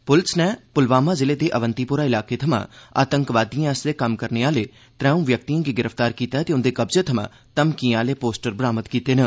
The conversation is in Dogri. पुलिस नै पुलवामा ज़िले दे अवन्तिपुरा इलाके थवां आतंकवादियें आस्तै कम्म करने आले त्रौं व्यक्तियें गी गिरफ्तार कीता ऐ ते उन्दे कब्जे थवां धमकियें आले पोस्टर बरामद कीते न